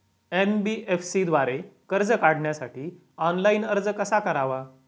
NBFC द्वारे कर्ज काढण्यासाठी ऑनलाइन अर्ज कसा करावा?